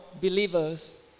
believers